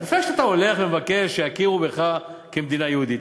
לפני שאתה הולך ומבקש שיכירו בך כמדינה יהודית,